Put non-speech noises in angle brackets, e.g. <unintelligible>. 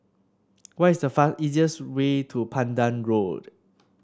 what is the <unintelligible> easiest way to Pandan Road